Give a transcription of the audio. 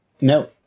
No